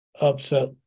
upset